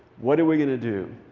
what are we going to do?